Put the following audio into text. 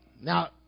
now